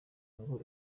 ngo